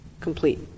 complete